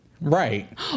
Right